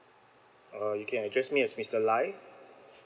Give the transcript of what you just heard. uh you can address me as mister lai